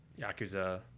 Yakuza